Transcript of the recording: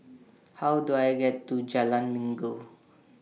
How Do I get to Jalan Minggu